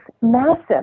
massive